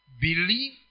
believe